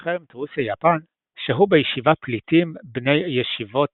במלחמת רוסיה יפן שהו בישיבה פליטים בני ישיבות